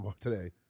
today